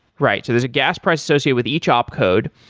right. so there's a gas price associated with each opcode,